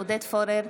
עודד פורר,